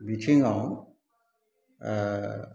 बिथिङाव